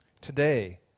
Today